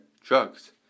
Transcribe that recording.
drugs